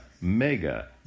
Mega